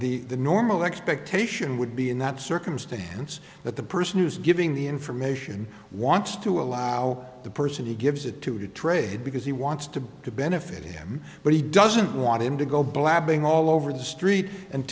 the normal expectation would be in that circumstance that the person who's giving the information wants to allow the person who gives it to trade because he wants to to benefit him but he doesn't want him to go blabbing all over the street and